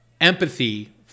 empathy